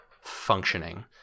functioning